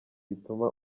bituma